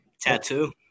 Tattoo